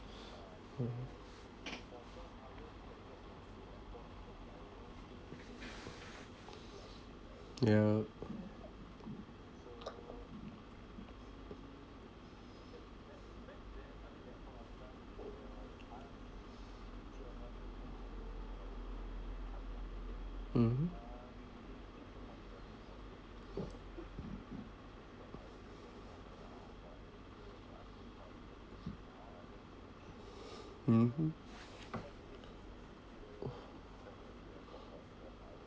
yup mmhmm mmhmm